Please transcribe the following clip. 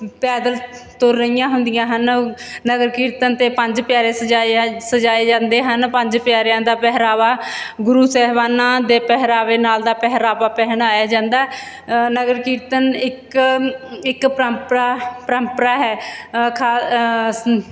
ਪੈਦਲ ਤੁਰ ਰਹੀਆਂ ਹੁੰਦੀਆਂ ਹਨ ਨਗਰ ਕੀਰਤਨ 'ਤੇ ਪੰਜ ਪਿਆਰੇ ਸਜਾਏ ਆ ਸਜਾਏ ਜਾਂਦੇ ਹਨ ਪੰਜ ਪਿਆਰਿਆਂ ਦਾ ਪਹਿਰਾਵਾ ਗੁਰੂ ਸਾਹਿਬਾਨਾਂ ਦੇ ਪਹਿਰਾਵੇ ਨਾਲ ਦਾ ਪਹਿਰਾਵਾ ਪਹਿਨਾਇਆ ਜਾਂਦਾ ਨਗਰ ਕੀਰਤਨ ਇੱਕ ਇੱਕ ਪਰੰਪਰਾ ਪਰੰਪਰਾ ਹੈ ਖਾ ਸ